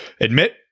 admit